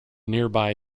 nearby